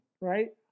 right